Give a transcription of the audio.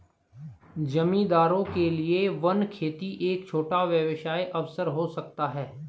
जमींदारों के लिए वन खेती एक छोटा व्यवसाय अवसर हो सकता है